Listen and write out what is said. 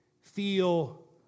feel